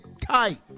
tight